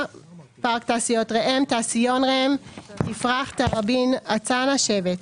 (פארק תעשיות ראם) תעשיון ראם תפרח תראבין א-צאנע (שבט)